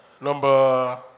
Number